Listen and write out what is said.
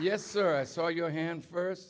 yes sir i saw your hand first